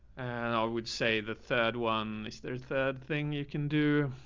and i would say the third one is there. third thing you can do.